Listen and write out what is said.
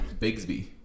Bigsby